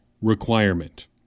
requirement